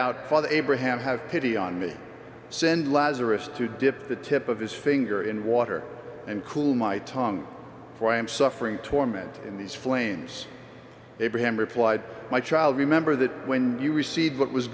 out father abraham have pity on me send lazarus to dip the tip of his finger in water and cool my tongue for i am suffering torment in these flames abraham replied my child remember that when you received what was